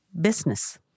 business